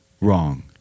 wrong